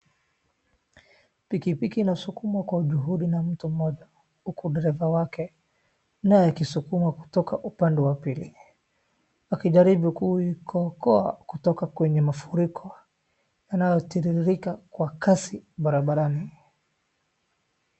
Pikipiki inasukumwa kwa juhudi na mtu mmoja, huku dereva wake, naye akisukuma kutoka upande wa pili, akijaribu kuikokoa kutoka kwenye mafuriko yanayotiririka kwa kasi barabarani.